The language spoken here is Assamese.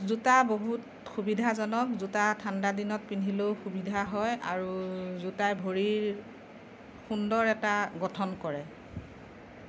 জোতা বহুত সুবিধাজনক জোতা ঠাণ্ডা দিনত পিন্ধিলেও সুবিধা হয় আৰু জোতায়ে ভৰিৰ সুন্দৰ এটা গঠন কৰে